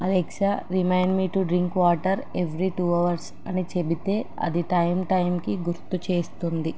Alexa remind me to drink water every two hours అని చెబితే అది టైం టైంకి గుర్తు చేస్తుంది